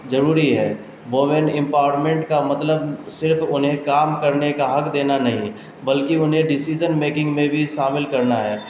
ضروری ہے women empowerment کا مطلب صرف انہیں کام کرنے کا حق دینا نہیں بلکہ انہیں ڈسیزن میکنگ میں بھی شامل کرنا ہے